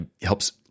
helps